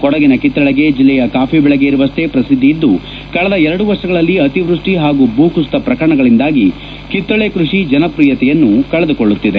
ಕೊಡಗಿನ ಕಿತ್ತಳೆಗೆ ಜಿಲ್ಲೆಯ ಕಾಫಿ ಬೆಳೆಗೆ ಇರುವಷ್ಟೆ ಪ್ರಸಿದ್ದಿ ಇದ್ದು ಕಳೆದ ಎರಡು ವರ್ಷಗಳಲ್ಲಿ ಅತಿವೃಷ್ಟಿ ಹಾಗೂ ಭೂ ಕುಸಿತ ಪ್ರಕರಣಗಳಿಂದಾಗಿ ಕಿತ್ತಳೆ ಕೃಷಿ ಜನಪ್ರಿಯತೆಯನ್ನು ಕಳೆದುಕೊಳ್ಳುತ್ತಿದೆ